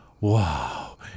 wow